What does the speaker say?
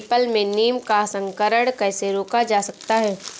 People में नीम का संकरण कैसे रोका जा सकता है?